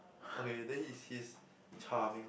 okay then he's he's charming